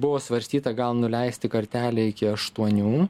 buvo svarstyta gal nuleisti kartelę iki aštuonių